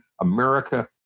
America